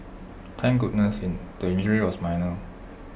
thank goodness in the injury was minor